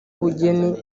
ubugeni